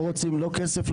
לא רוצים לא כסף,